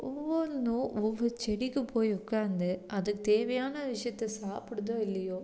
ஒவ்வொன்றும் ஒவ்வொரு செடிக்கு போய் உட்காந்து அது தேவையான விஷயத்தை சாப்பிடுதோ இல்லையோ